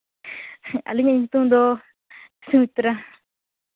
ᱟᱹᱞᱤᱧᱟᱜ ᱧᱩᱛᱩᱢ ᱫᱚ ᱥᱩᱢᱤᱛᱨᱟ